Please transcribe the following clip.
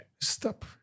Stop